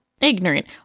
ignorant